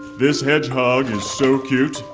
this hedgehog is so cute,